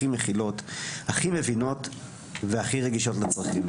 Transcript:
הכי מבינות והכי רגישות לצרכים.